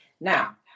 Now